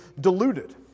deluded